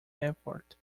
effort